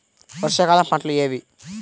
వర్షాకాలం పంటలు ఏవి?